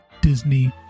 Disney